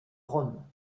rome